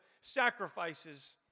sacrifices